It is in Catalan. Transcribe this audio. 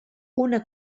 una